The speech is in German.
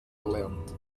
erlernt